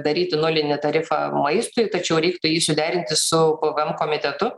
daryti nulinį tarifą maistui tačiau reiktų jį suderinti su pvm komitetu